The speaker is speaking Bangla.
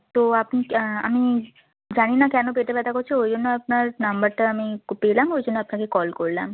তো আপনি আমি জানি না কেন পেটে ব্যথা করছে ওই জন্য আপনার নম্বরটা আমি পেলাম ওই জন্য আপনাকে কল করলাম